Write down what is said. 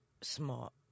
smart